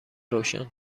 روشن